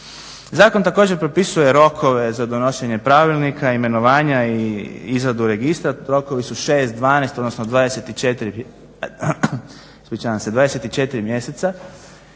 Zakon također propisuje rokove za donošenje pravilnika, imenovanja i izradu registra. Rokovi su 6, 12 odnosno 24 mjeseca.